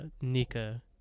Nika